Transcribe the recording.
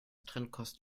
trennkost